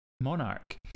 monarch